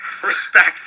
Respect